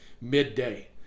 midday